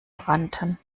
rannten